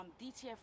DTF